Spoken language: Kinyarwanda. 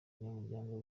abanyamuryango